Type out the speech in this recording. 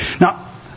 Now